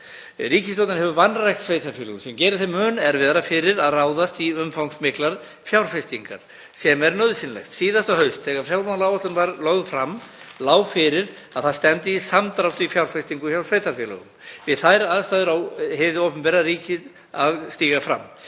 Ríkisstjórnin hefur vanrækt sveitarfélögin sem gerir þeim mun erfiðara fyrir að ráðast í umfangsmiklar fjárfestingar sem eru nauðsynlegar. Síðasta haust þegar fjármálaáætlun var lögð fram lá fyrir að það stefndi í samdrátt í fjárfestingu hjá sveitarfélögunum. Við þær aðstæður á hið opinbera, ríkið, að stíga fram.